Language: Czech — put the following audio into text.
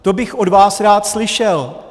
To bych od vás rád slyšel.